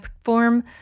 perform